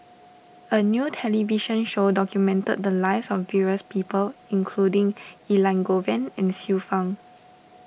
a new television show documented the lives of various people including Elangovan and Xiu Fang